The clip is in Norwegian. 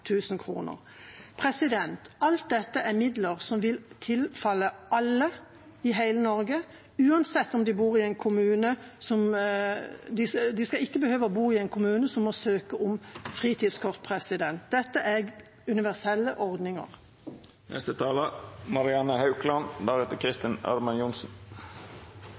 Alt dette er midler som vil tilfalle alle i hele Norge. De skal ikke behøve å bo i en kommune som må søke om fritidskort. Dette er universelle ordninger.